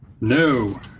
No